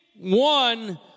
one